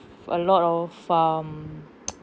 a lot of um